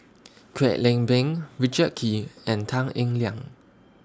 Kwek Leng Beng Richard Kee and Tan Eng Liang